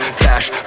flash